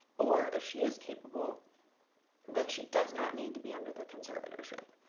or if she is capable then she does not need to be under the conservatorship